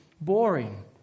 boring